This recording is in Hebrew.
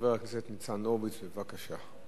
חבר הכנסת ניצן הורוביץ, בבקשה.